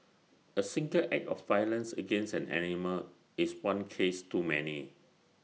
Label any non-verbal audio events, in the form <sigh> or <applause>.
<noise> A single act of violence against an animal is one case too many